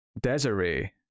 Desiree